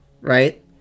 Right